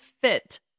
fit